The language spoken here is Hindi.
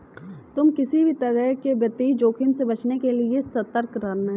तुम किसी भी तरह के वित्तीय जोखिम से बचने के लिए सतर्क रहना